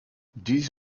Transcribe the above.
this